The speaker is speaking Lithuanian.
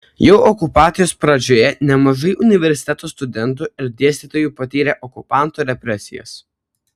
jau okupacijos pradžioje nemažai universiteto studentų ir dėstytojų patyrė okupantų represijas